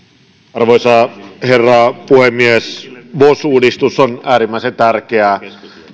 arvoisa herra puhemies vos uudistus on äärimmäisen tärkeä